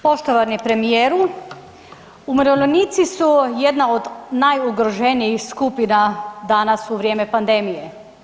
Poštovani premijeru, umirovljenici su jedna od najugroženijih skupina danas u vrijeme pandemije.